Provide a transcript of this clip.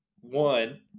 one